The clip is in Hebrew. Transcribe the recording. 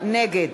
נגד